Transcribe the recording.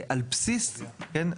על בסיס, כן?